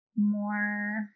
More